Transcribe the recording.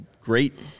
great